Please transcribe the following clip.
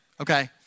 Okay